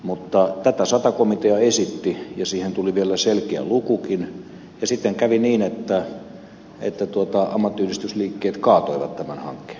mutta tätä sata komitea esitti ja siihen tuli vielä selkeä lukukin ja sitten kävi niin että ammattiyhdistysliikkeet kaatoivat tämän hankkeen